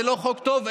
זה לא חוק טוב,